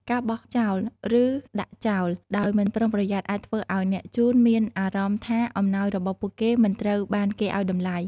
ការបោះចោល ឬដាក់ចោលដោយមិនប្រុងប្រយ័ត្ន អាចធ្វើឲ្យអ្នកជូនមានអារម្មណ៍ថាអំណោយរបស់ពួកគេមិនត្រូវបានគេឱ្យតម្លៃ។